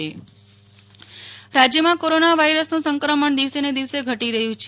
નેહ્લ ઠક્કર રાજ્ય કોરોના સ્થિતિ રાજ્યમાં કોરોના વાયરસનું સંક્રમણ દિવસે ને દિવસે ઘટી રહ્યું છે